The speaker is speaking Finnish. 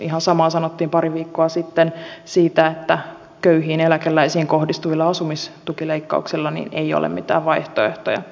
ihan samaa sanottiin pari viikkoa sitten siitä että köyhiin eläkeläisiin kohdistuvilla asumistukileikkauksilla ei ole mitään vaihtoehtoja